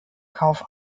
kauf